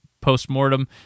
post-mortem